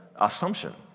assumption